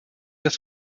das